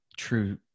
True